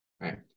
Right